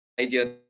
idea